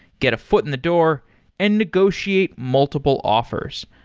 get a foot in the door and negotiate multiple offers.